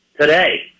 today